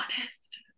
honest